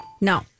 No